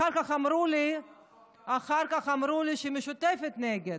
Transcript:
אחר כך אמרו לי שהמשותפת נגד.